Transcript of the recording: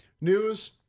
news